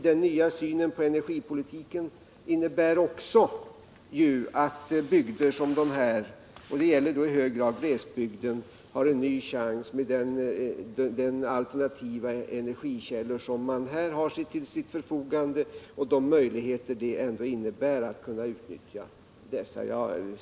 Den nya synen på energipolitiken innebär ju också att bygder som dessa, särskilt då glesbygden, har fått en ny chans med de alternativa energikällor man här har till sitt förfogande och de möjligheter det ändå innebär att kunna utnyttja dessa.